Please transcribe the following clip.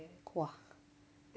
!wah!